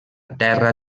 terra